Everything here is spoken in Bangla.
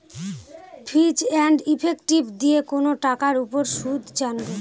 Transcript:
ফিচ এন্ড ইফেক্টিভ দিয়ে কোনো টাকার উপর সুদ জানবো